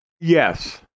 Yes